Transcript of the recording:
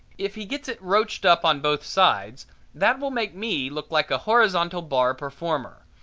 if he gets it roached up on both sides that will make me look like a horizontal-bar performer,